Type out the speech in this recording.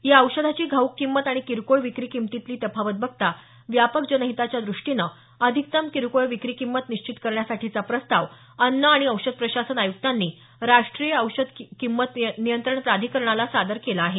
या औषधाची घाऊक किंमत आणि किरकोळ विक्री किमतीतली तफावत बघता व्यापक जनहिताच्या द्रष्टीनं अधिकतम किरकोळ विक्री किंमत निश्चित करण्यासाठीचा प्रस्ताव अन्न आणि औषध प्रशासन आयुक्तांनी राष्ट्रीय औषध किंमत नियंत्रण प्राधिकरणाला सादर केला आहे